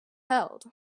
held